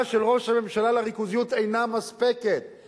של ראש הממשלה לריכוזיות אינה מספקת.